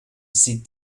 sit